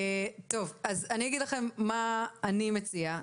טוב, אז אני אגיד לכם מה אני מציעה.